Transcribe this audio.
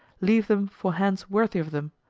leave them for hands worthy of them.